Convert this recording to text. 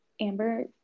Amber